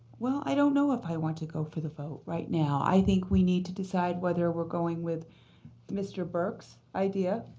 well, i don't know if i want to go for the vote right now. i think we need to decide whether we're going with mr. burke's idea.